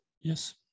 Yes